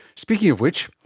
speaking of which,